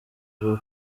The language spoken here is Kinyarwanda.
kuko